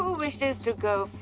wishes to go